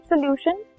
solution